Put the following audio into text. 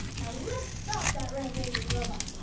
now let's stop that rampaging robot!